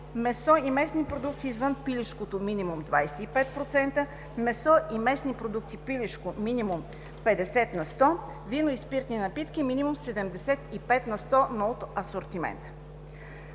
месо и месни продукти извън пилешкото – минимум 25%, месо и месни продукти пилешко – минимум 50 на сто, вино и спиртни напитки – минимум 75 на сто, но от асортимента.